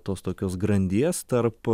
tos tokios grandies tarp